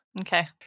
okay